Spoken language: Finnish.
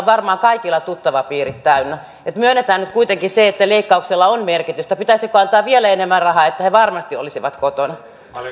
varmaan kaikilla tuttavapiirit täynnä että myönnetään nyt kuitenkin se että leikkauksella on merkitystä pitäisikö antaa vielä enemmän rahaa että he varmasti olisivat kotona